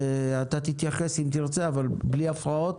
ואתה תתייחס, אם תרצה, אבל בלי הפרעות,